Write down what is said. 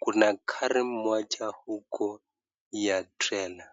kuna gari moja huku ya trela.